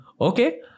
Okay